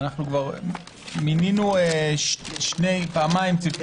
מינינו פעמיים צוותים.